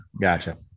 Gotcha